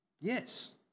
Yes